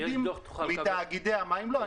מתאגידי המים?